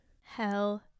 Hell